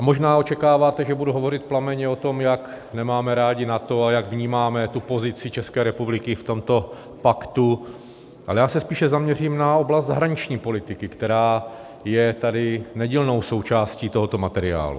Možná očekáváte, že budu hovořit plamenně o tom, jak nemáme rádi NATO a jak vnímáme pozici České republiky v tomto paktu, ale já se spíše zaměřím na oblast zahraniční politiky, která je tady nedílnou součástí tohoto materiálu.